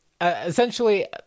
essentially